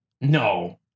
No